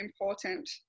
important